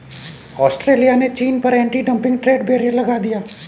Australia ने चीन पर एंटी डंपिंग ट्रेड बैरियर लगा दिया